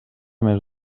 més